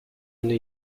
new